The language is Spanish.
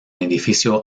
edificio